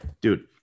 dude